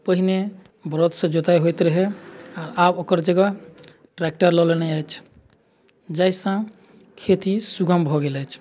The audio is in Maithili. पहिने बरदसँ जोताइ होइत रहै आ आब ओकर जगह ट्रैक्टर लऽ लेने अछि जाहिसँ खेती सुगम भऽ गेल अछि